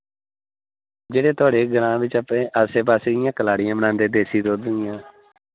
जेह्ड़े थोआढ़े ग्रांऽ बिच्च अपने आस्सै पास्सै इ'यां कलाड़ियां बनांदे देसी दुद्ध दियां